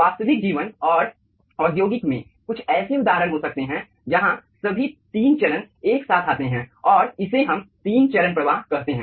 वास्तविक जीवन और उद्योग में कुछ ऐसे उदाहरण हो सकते हैं जहां सभी 3 चरण एक साथ आते हैं और इसे हम तीन चरण प्रवाह कहते हैं